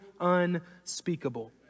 unspeakable